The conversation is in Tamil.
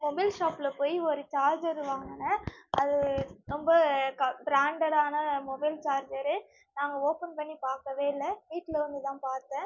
மொபைல் ஷாப்பில் போய் ஒரு சார்ஜர் வாங்கினேன் அது ரொம்ப க ப்ராண்டடான மொபைல் சார்ஜரு நாங்கள் ஓபன் பண்ணி பார்க்கவே இல்லை வீட்டில் வந்துதான் பார்த்தேன்